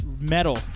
Metal